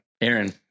Aaron